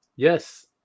Yes